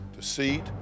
deceit